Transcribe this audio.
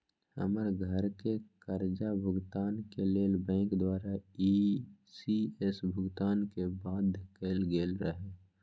हमर घरके करजा भूगतान के लेल बैंक द्वारा इ.सी.एस भुगतान के बाध्य कएल गेल रहै